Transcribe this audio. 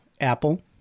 Apple